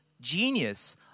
genius